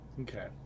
Okay